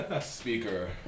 Speaker